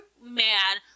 man